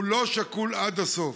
הוא לא שקול עד הסוף.